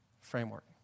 framework